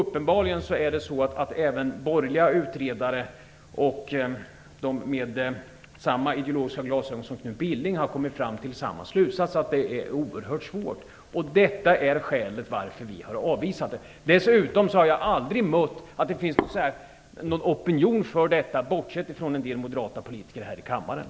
Uppenbarligen är det så att även borgerliga utredare och de med samma ideologiska glasögon som Knut Billing har kommit fram till den slutsatsen att det är oerhört svårt. Detta är skälet till att vi har avvisat det. Dessutom har jag aldrig trott att det finns någon opinion för detta, bortsett från en del moderata politiker här i kammaren.